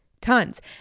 tons